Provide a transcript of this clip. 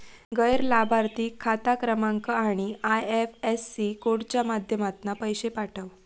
गैर लाभार्थिक खाता क्रमांक आणि आय.एफ.एस.सी कोडच्या माध्यमातना पैशे पाठव